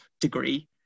degree